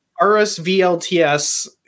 Rsvlts